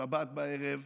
שבת בערב,